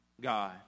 God